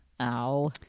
Ow